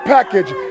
Package